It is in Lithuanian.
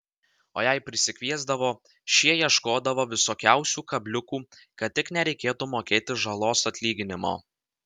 o jei prisikviesdavo šie ieškodavo visokiausių kabliukų kad tik nereikėtų mokėti žalos atlyginimo